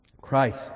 Christ